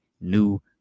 new